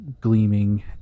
gleaming